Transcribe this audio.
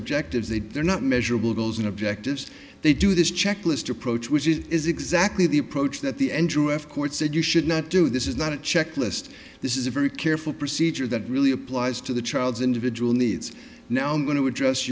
objectives they do they're not measurable goals and objectives they do this checklist approach which is exactly the approach that the n g o s court said you should not do this is not a checklist this is a very careful procedure that really applies to the child's individual needs now i'm going to ad